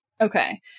okay